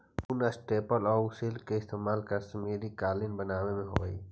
ऊन, स्टेपल आउ सिल्क के इस्तेमाल कश्मीरी कालीन बनावे में होवऽ हइ